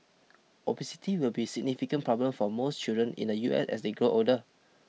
obesity will be a significant problem for most children in the U S as they grow older